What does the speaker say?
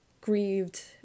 grieved